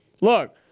look